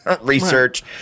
research